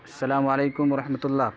السّلام علیکم و رحمتہ اللّہ